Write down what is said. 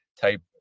type